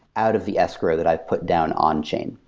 out of the escrow that i've put down on chain.